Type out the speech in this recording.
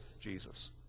Jesus